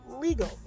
legal